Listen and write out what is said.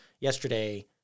Yesterday